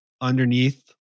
underneath